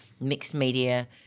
mixed-media